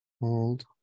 hold